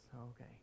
Okay